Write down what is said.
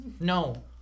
no